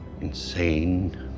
Insane